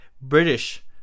British